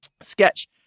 Sketch